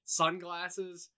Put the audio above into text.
sunglasses